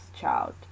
child